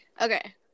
Okay